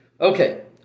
Okay